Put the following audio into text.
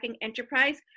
enterprise